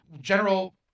general